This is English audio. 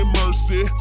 mercy